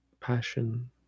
passion